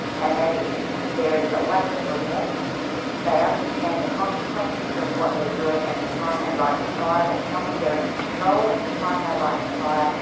and that is there is a lack of remorse, they understand the consequences of what they're doing at the time they light the fire, they tell me they're in control at the time they light the fire,